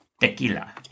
tequila